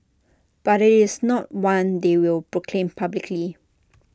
but IT is not one they will proclaim publicly